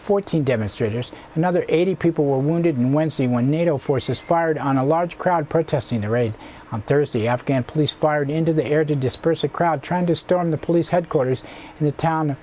fourteen demonstrators another eighty people were wounded and wednesday when nato forces fired on a large crowd protesting the raid on thursday afghan police fired into the air to disperse a crowd trying to storm the police headquarters in the town